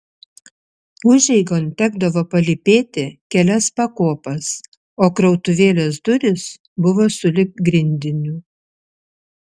užeigon tekdavo palypėti kelias pakopas o krautuvėlės durys buvo sulig grindiniu